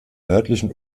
nördlichen